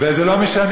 ועדיין אני שואל